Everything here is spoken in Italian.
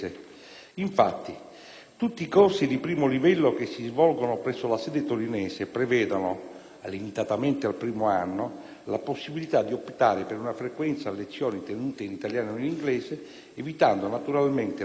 tutti i corsi di 1° livello che si svolgono presso la sede torinese prevedono, limitatamente al primo anno, la possibilità di optare per una frequenza a lezioni tenute in italiano o in inglese, evitando naturalmente la duplicazioni dei corsi;